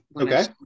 okay